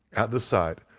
at the sight,